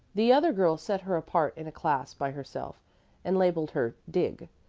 the other girls set her apart in a class by herself and labeled her dig.